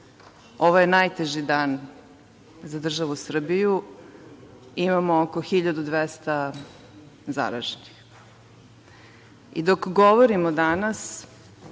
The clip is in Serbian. ovo je najteži dan za državu Srbiju. Imamo oko 1.200 zaraženih i dok govorimo danas